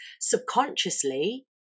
subconsciously